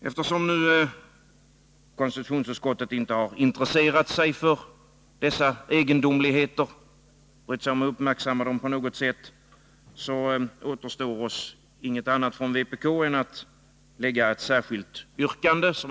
Eftersom konstitutionsutskottet inte har intresserat sig för dessa egendomligheter eller inte brytt sig om att på något sätt uppmärksamma dem, återstår det ingen annat för vpk än att lägga fram ett särskilt yrkande.